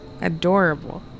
Adorable